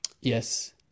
Yes